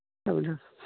ꯊꯝꯃꯦ ꯊꯝꯃꯦ